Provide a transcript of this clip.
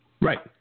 Right